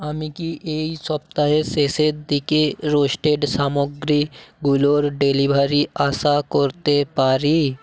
আমি কি এই সপ্তাহের শেষের দিকে রোস্টেড সামগ্রীগুলোর ডেলিভারি আশা করতে পারি